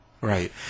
Right